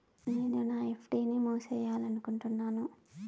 నేను నా ఎఫ్.డి ని మూసేయాలనుకుంటున్నాను